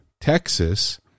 Texas